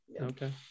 Okay